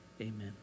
Amen